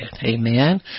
Amen